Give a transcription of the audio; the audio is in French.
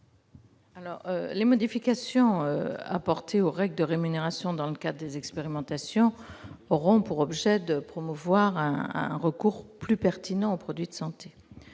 Les modifications apportées aux règles de rémunération dans le cadre des expérimentations auront pour objet de promouvoir un recours plus pertinent aux produits de santé.